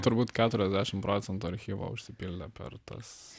turbūt keturiasdešim procentų archyvo užsipildė per tas